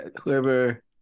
whoever